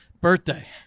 Birthday